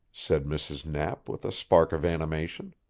said mrs. knapp with a spark of animation.